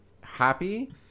happy